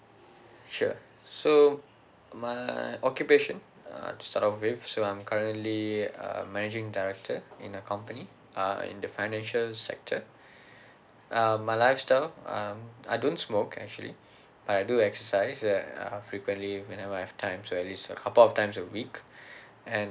sure so my occupation uh to start off with so I'm currently uh managing director in a company uh in the financial sector um my lifestyle um I don't smoke actually I do exercise that uh frequently whenever I have time so at least a couple of times a week and